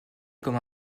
comme